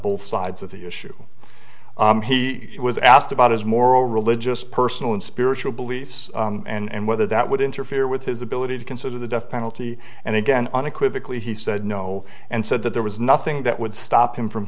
both sides of the issue he was asked about his moral religious personal and spiritual beliefs and whether that would interfere with his ability to consider the death penalty and again unequivocally he said no and said that there was nothing that would stop him from